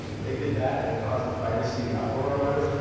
they did that and it caused a privacy uproar or whatever?